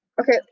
Okay